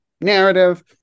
narrative